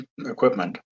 equipment